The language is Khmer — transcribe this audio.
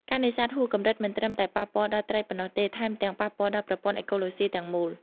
ការនេសាទហួសកម្រិតមិនត្រឹមតែប៉ះពាល់ដល់ត្រីប៉ុណ្ណោះទេ ថែមទាំងប៉ះពាល់ដល់ប្រព័ន្ធអេកូឡូស៊ីទាំងមូល។